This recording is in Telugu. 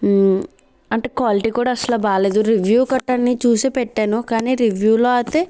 అంటే క్వాలిటీ కూడా అసలు బాగలేదు రివ్యూ కట్టని చూసి పెట్టాను కానీ రివ్యూలో అయితే